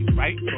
right